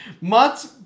Mutt